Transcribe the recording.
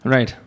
Right